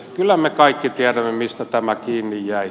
kyllä me kaikki tiedämme mistä tämä kiinni jäi